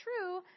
true